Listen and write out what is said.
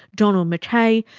donald mackay,